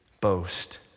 boast